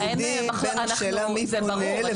זה ברור.